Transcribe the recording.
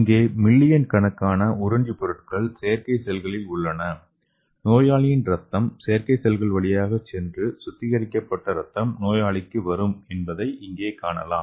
இங்கே மில்லியன் கணக்கான உறிஞ்சி பொருட்கள் செயற்கை செல்களில் உள்ளன நோயாளியின் இரத்தம் செயற்கை செல்கள் வழியாக சென்று சுத்திகரிக்கப்பட்ட இரத்தம் நோயாளிக்கு வரும் என்பதை இங்கே காணலாம்